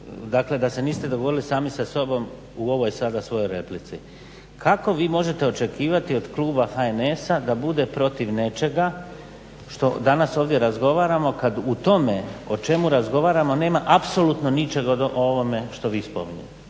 dakle da se niste dogovorili sami sa sobom u ovoj sada svojoj replici. Kako vi možete očekivati od kluba HNS-a da bude protiv nečega što danas ovdje razgovaramo kad u tome o čemu razgovaramo nema apsolutno ničeg od ovoga što vi spominjete?